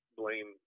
blame